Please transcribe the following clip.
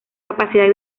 capacidad